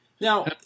Now